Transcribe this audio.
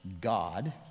God